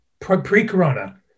pre-corona